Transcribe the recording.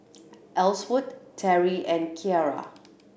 Elsworth Terrie and Ciera